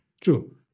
true